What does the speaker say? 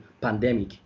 pandemic